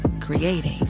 creating